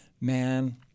man